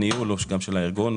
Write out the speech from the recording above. גם הניהול הוא של הארגון.